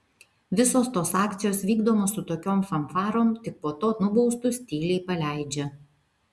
visos tos akcijos vykdomos su tokiom fanfarom tik po to nubaustus tyliai paleidžia